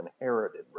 inherited